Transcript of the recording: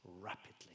rapidly